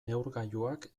neurgailuak